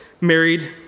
married